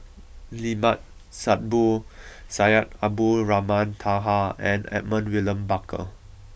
Limat Sabtu Syed Abdulrahman Taha and Edmund William Barker